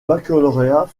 baccalauréat